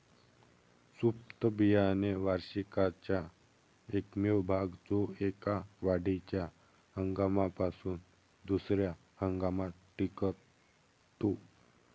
सुप्त बियाणे वार्षिकाचा एकमेव भाग जो एका वाढीच्या हंगामापासून दुसर्या हंगामात टिकतो